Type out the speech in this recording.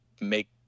make